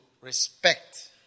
respect